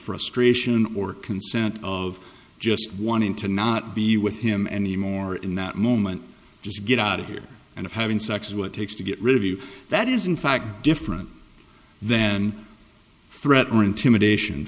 frustration or consent of just wanting to not be with him anymore in that moment just get out of here and having sex is what takes to get rid of you that is in fact different than threat or intimidation